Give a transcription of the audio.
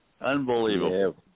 Unbelievable